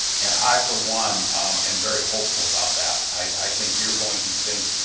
and i for one am very hopeful about that. i think you're going to think